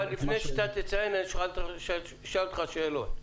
לפני שאתה תציין, אני אשאל אותך שאלות.